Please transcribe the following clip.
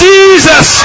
Jesus